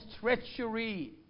treachery